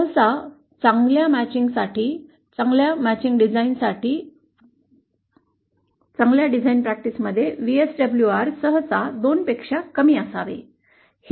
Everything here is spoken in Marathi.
सहसा चांगल्यासाठी चांगल्या डिझाइन प्रॅक्टिसमध्ये VSWR सहसा 2 पेक्षा कमी असावे